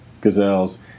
gazelles